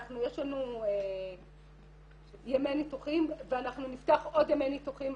יש לנו ימי ניתוחים ואנחנו נפתח עוד ימי ניתוחים.